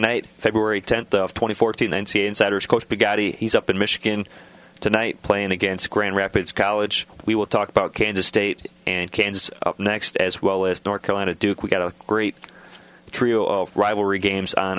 night february tenth of twenty fourteen n c a a insiders coached the gotti he's up in michigan tonight playing against grand rapids college we will talk about kansas state and kansas next as well as north carolina duke we've got a great trio of rivalry games on